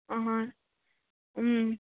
ꯑꯍꯣꯏ ꯎꯝ